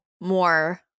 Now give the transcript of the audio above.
more